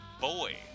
boy